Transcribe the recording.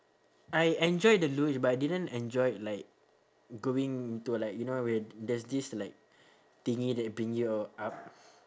I enjoyed the luge but I didn't enjoy like going into like you know where there's this like thingy that bring your up